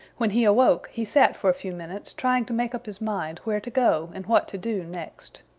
when he awoke he sat for a few minutes trying to make up his mind where to go and what to do next.